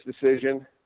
decision